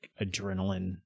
adrenaline